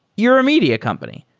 you're a media company.